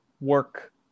work